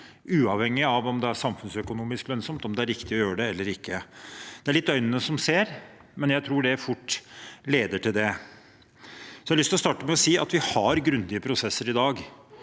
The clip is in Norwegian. uavhengig av om det er samfunnsøkonomisk lønnsomt, om det er riktig å gjøre det eller ikke. Det er litt øynene som ser, men jeg tror det fort leder til det. Jeg har lyst til å starte med å si at vi har grundige prosesser i dag